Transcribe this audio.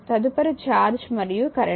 తదుపరిది ఛార్జ్ మరియు కరెంట్